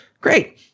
Great